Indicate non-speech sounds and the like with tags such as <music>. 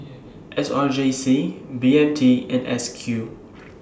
S R J C B N T and S Q <noise>